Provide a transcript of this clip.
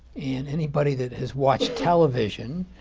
and anybody that has watched television,